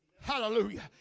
Hallelujah